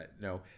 no